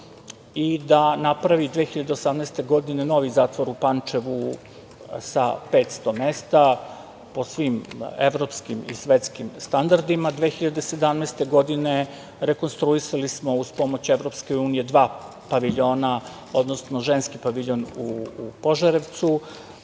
i da napravi 2018. godine, novi zatvor u Pančevu sa 500 mesta, po svim evropskim i svetskim standardima, 2017. godine, rekonstruisali smo uz pomoć EU dva paviljona, odnosno ženski paviljon u Požarevcu.